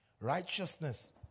righteousness